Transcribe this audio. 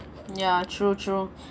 ya true true